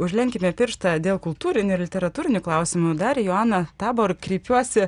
užlenkime pirštą dėl kultūrinių ir literatūrinių klausimų dar joana tabor kreipiuosi